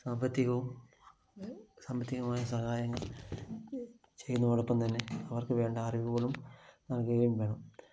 സാമ്പത്തികവും സാമ്പത്തികമായ സഹായങ്ങൾ ചെയ്യുന്നതോടൊപ്പം തന്നെ അവർക്കു വേണ്ട അറിവുകളും നൽകുകയും വേണം